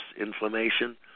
inflammation